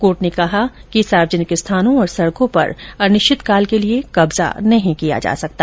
court ने कहा कि सार्वजनिक स्थानों और सड़कों पर अनिश्चितकाल के लिए कब्जा नही किया जा सकता